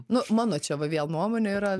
nu mano čia va vėl nuomonė yra